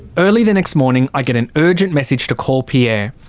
early the next morning i get an urgent message to call pierre.